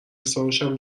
حسابشم